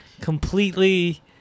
completely